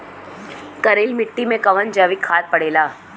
करइल मिट्टी में कवन जैविक खाद पड़ेला?